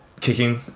kicking